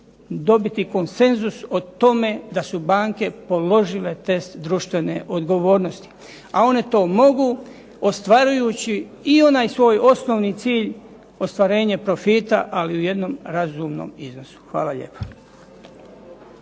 dobiti konsenzus o tome da su banke položile test društvene odgovornosti, a one to mogu ostvarujući i onaj svoj osnovni cilj ostvarenje profita, ali u jednom razumnom iznosu. Hvala lijepa.